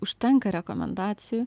užtenka rekomendacijų